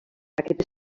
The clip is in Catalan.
aquest